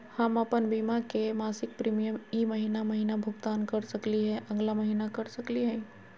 हम अप्पन बीमा के मासिक प्रीमियम ई महीना महिना भुगतान कर सकली हे, अगला महीना कर सकली हई?